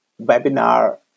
webinar